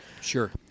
Sure